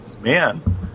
man